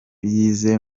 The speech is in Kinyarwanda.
yize